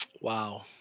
Wow